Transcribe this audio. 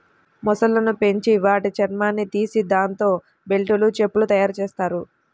మొసళ్ళను పెంచి వాటి చర్మాన్ని తీసి దాంతో బెల్టులు, చెప్పులు తయ్యారుజెత్తారు